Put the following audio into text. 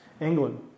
England